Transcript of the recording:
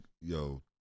yo